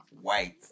white